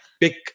pick